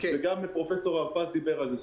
וגם פרופ' הרפז דיבר על זה.